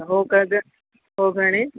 अच्छा हो कद हो घणे